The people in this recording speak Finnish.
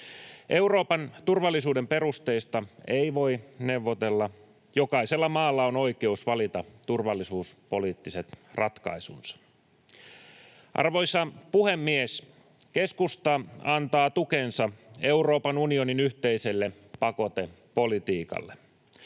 Euroopan turvallisuuden perusteista ei voi neuvotella. Jokaisella maalla on oikeus valita turvallisuuspoliittiset ratkaisunsa. Arvoisa puhemies! Keskusta antaa tukensa Euroopan unionin yhteiselle pakotepolitiikalle.